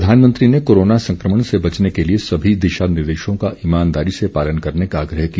प्रधानमंत्री ने कोरोना संकमण से बचने के लिए सभी दिशा निर्देशों का ईमानदारी से पालन करने का आग्रह किया